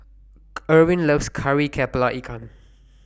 Irvin loves Kari Kepala Ikan